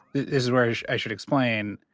is where i should explain,